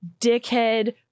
dickhead